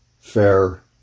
fair